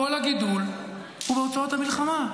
כל הגידול הוא בהוצאות המלחמה.